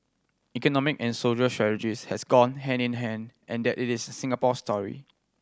economic and social strategies have gone hand in hand and that it is Singapore story